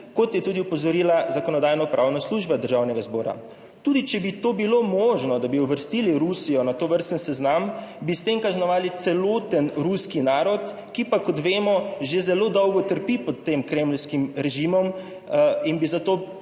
kot je tudi opozorila Zakonodajno-pravna služba Državnega zbora. Tudi, če bi to bilo možno, da bi uvrstili Rusijo na tovrsten seznam, bi s tem kaznovali celoten ruski narod, ki pa, kot vemo, že zelo dolgo trpi pod tem kremeljskim režimom in bi za to